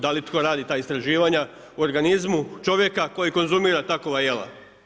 Da li tko radi ta istraživanja organizmu čovjeka koji konzumira takva jela?